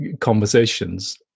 conversations